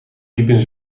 liepen